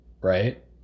right